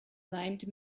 named